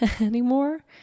anymore